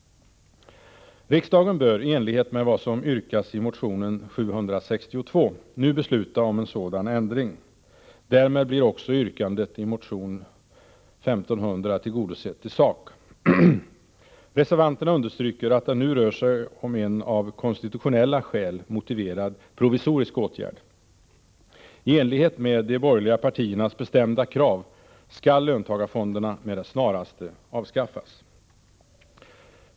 Riksdagen bör, i enlighet med vad som yrkas i motion 762, nu besluta om en sådan ändring. Därmed blir också yrkandet i motion 1500 tillgodosett i sak. Reservanterna understryker att det nu rör sig om en av konstitutionella skäl motiverad provisorisk åtgärd. I enlighet med de borgerliga partiernas bestämda krav skall löntagarfonderna med det snaraste avskaffas.